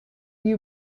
you